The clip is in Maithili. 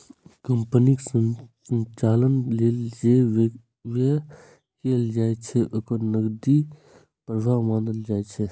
कंपनीक संचालन लेल जे व्यय कैल जाइ छै, ओ नकदी प्रवाह मानल जाइ छै